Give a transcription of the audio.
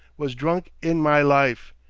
was drunk in my life.